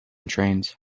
trains